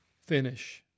finish